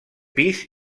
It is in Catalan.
pis